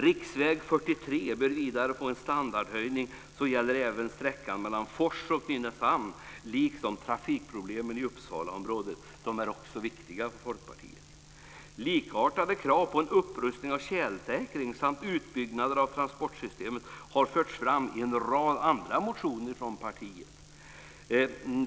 Riksväg 73 bör få en standardhöjning på sträckan mellan Fors och Nynäshamn. Trafikproblemen i Uppsalaområdet är också viktiga för Folkpartiet. Likartade krav på en upprustning och tjälsäkring samt utbyggnader av transportsystemet har förts fram i en rad andra motioner från Folkpartiet.